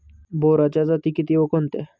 बोराच्या जाती किती व कोणत्या?